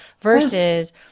versus